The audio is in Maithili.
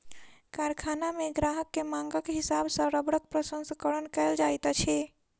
कारखाना मे ग्राहक के मांगक हिसाब सॅ रबड़क प्रसंस्करण कयल जाइत अछि